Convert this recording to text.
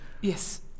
Yes